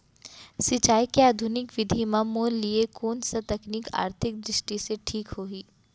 सिंचाई के आधुनिक विधि म मोर लिए कोन स तकनीक आर्थिक दृष्टि से ठीक होही?